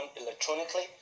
electronically